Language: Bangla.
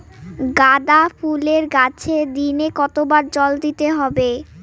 গাদা ফুলের গাছে দিনে কতবার জল দিতে হবে?